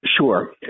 Sure